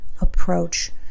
approach